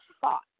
thought